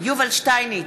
יובל שטייניץ,